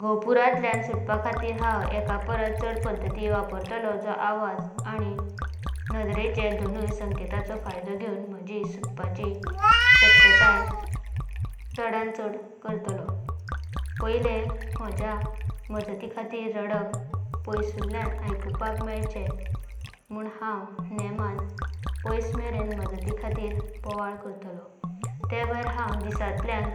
गोपुरांतल्याणा सुतापा खातीर हाणाव एका परसा चड पडदता। वापरतलो जो आवाज आनी नद्रेचें दोनुया संकेतांचो फायदो घेवन म्हाजि सोडवपाची शक्यता चडांत चड करतालो। पयाले, म्हाज्या मजती खातीर रडपा पायसुल्याणा आयकुंका। मेलाचें म्हन हाणाव नेमाना पैसामेरें मजती खातीर बवाला करतालो। ते भयारां हांव दिसांतल्याणा